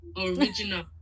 original